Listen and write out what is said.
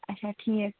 اَچھا ٹھیٖک